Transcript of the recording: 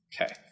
Okay